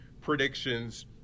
predictions